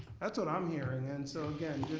that's what i'm hearing, and so again,